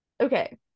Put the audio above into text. Okay